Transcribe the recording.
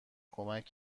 کمک